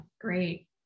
great